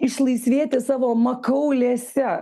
išlaisvėti savo makaulėse